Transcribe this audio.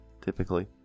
typically